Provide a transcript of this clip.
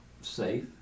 safe